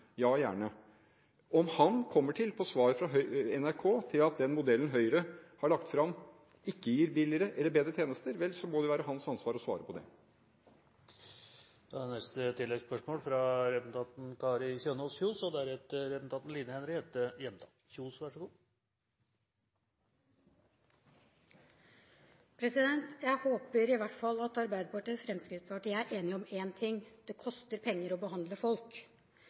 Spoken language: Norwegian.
ja, gjerne. Om Hagen i svar til NRK kommer til at den modellen Høyre har lagt fram, ikke gir billigere eller bedre tjenester, vel, så må det jo være hans ansvar å svare på det. Kari Kjønaas Kjos – til neste oppfølgingsspørsmål. Jeg håper i hvert fall at Arbeiderpartiet og Fremskrittspartiet er enige om én ting – det koster penger å behandle folk.